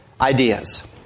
ideas